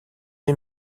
ier